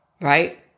right